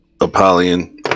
Apollyon